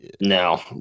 no